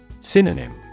Synonym